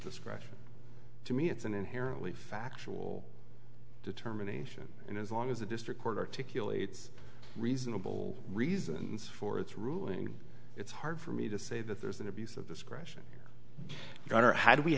writer to me it's an inherently factual determination and as long as the district court articulate reasonable reasons for its ruling it's hard for me to say that there's an abuse of discretion got or how do we